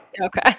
okay